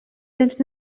temps